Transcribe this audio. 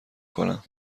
کنم